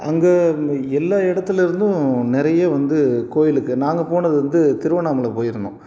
அங்கே எல்லா எடத்தில் இருந்தும் நிறைய வந்து கோயிலுக்கு நாங்கள் போனது வந்து திருவண்ணாமலை போயிருந்தோம்